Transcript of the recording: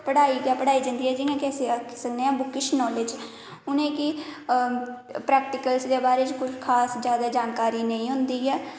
पढ़ाई गै पढ़ाई जंदी ऐ जि'यां अस आक्खी सकने आं बुकिश नाॅलेज जि'यां कि प्रैक्टीकल दे बारे च खास जैदा जानकारी नेईं होंदी ऐ